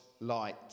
light